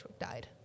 died